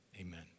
amen